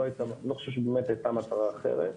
לא חושב שבאמת הייתה מטרה אחרת.